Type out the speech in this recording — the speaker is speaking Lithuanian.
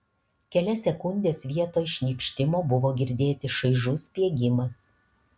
kelias sekundes vietoj šnypštimo buvo girdėti šaižus spiegimas